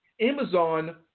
Amazon